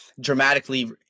dramatically